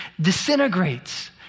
disintegrates